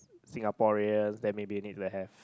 Singaporeans then maybe you need to have